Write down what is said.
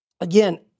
again